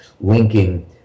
linking